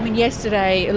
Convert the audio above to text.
yesterday,